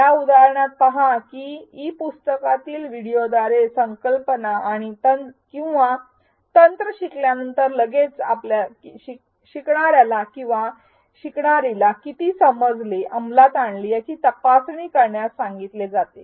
या उदाहरणात पहा की ई पुस्तकातील व्हिडिओद्वारे संकल्पना किंवा तंत्र शिकल्यानंतर लगेचच शिकणाऱ्याला किंवा शिकणारीला किती समजले आणि अमलात आणले त्याची तपासणी करण्यास सांगितले जाते